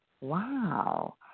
wow